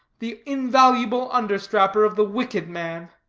the invaluable understrapper of the wicked man.